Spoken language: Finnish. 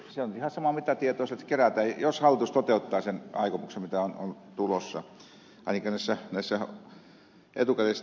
se on ihan sama mitä tietoa sieltä kerätään jos hallitus toteuttaa sen aikomuksen mitä on tulossa ainakin näissä etukäteistiedoissa